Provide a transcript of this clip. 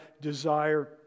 desire